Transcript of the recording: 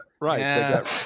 right